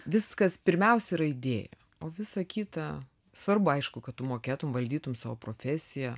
viskas pirmiausia yra idėja o visa kita svarbu aišku kad tu mokėtum valdytum savo profesiją